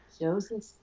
Joseph